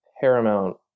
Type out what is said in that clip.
Paramount